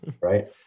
Right